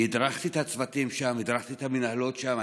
אני הדרכתי את הצוותים ואת המינהלות שם.